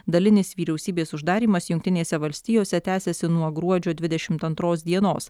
dalinis vyriausybės uždarymas jungtinėse valstijose tęsiasi nuo gruodžio dvidešim antros dienos